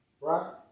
Right